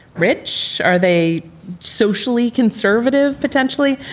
rich. are they socially conservative? potentially.